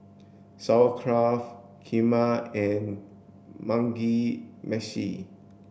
Sauerkraut Kheema and Mugi Meshi